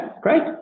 great